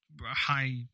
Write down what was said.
high